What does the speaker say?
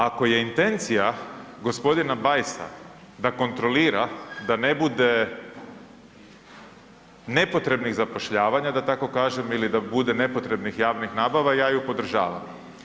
Ako je intencija g. Bajsa da kontrolira da ne bude nepotrebnih zapošljavanje da tako kažem ili da bude nepotrebnih javnih nabava ja ju podržavam.